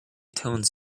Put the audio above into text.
tones